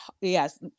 Yes